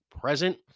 present